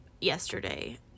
yesterday